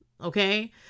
Okay